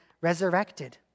resurrected